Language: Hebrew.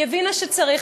היא הבינה שצריך.